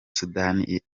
sudani